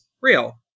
real